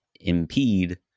impede